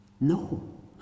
No